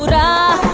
ha